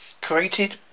created